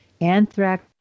Anthrax